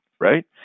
right